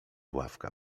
ławka